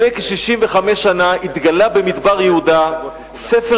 לפני כ-65 שנה התגלה במדבר יהודה ספר